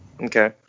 Okay